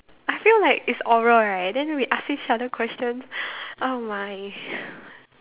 I feel like it's oral right then we asking each other questions oh my